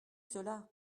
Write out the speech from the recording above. cela